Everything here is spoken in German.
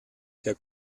der